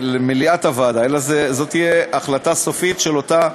למליאת הוועדה, אלא זו תהיה החלטה סופית של אותה,